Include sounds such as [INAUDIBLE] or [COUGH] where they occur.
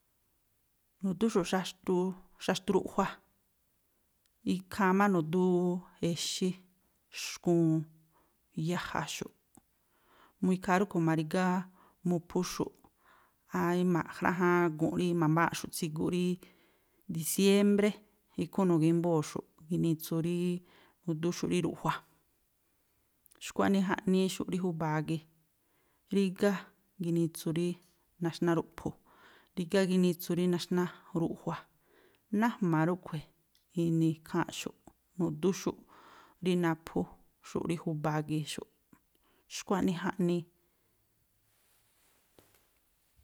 Nu̱dúxu̱ꞌ xaxtu, xaxtu ruꞌjua, ikhaa má nu̱dú exí, xkuun, yajaxu̱ꞌ, mu ikhaa rúꞌkhui̱ ma̱ri̱gá mu̱phúxu̱ꞌ [UNINTELLIGIBLE] ma̱jráꞌjáán gu̱nꞌ rí ma̱mbáa̱nꞌxu̱ꞌ tsiguꞌ rí diciémbré, ikhú nu̱gímbóo̱xu̱ꞌ ginitsu rí nu̱dúxu̱ꞌ rí ruꞌjua. xkua̱ꞌnii jaꞌniixu̱ꞌ rí júba̱a gii. Rígá ginitsu rí naxná ruꞌphu, rígá ginitsu rí naxná ruꞌjua. Nájma̱ rúꞌkhui̱ ini̱ ikháa̱nꞌxu̱ꞌ. Nu̱dúxu̱ꞌ rí naphúxu̱ꞌ rí júba̱a gii̱ xúꞌ. Xkua̱ꞌnii jaꞌnii.